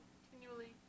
continually